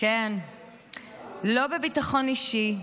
לא בביטחון אישי,